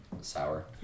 sour